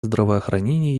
здравоохранение